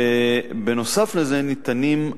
נוסף לזה, ניתנים,